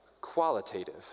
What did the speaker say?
qualitative